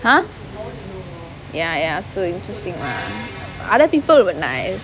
!huh! ya ya so interesting mah other people were nice